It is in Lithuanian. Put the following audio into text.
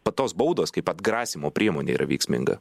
tos baudos kaip atgrasymo priemonė yra veiksminga